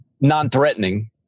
non-threatening